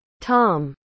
Tom